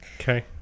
Okay